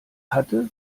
hatte